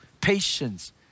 Patience